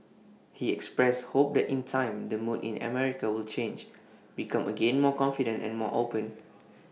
he expressed hope that in time the mood in America will change become again more confident and more open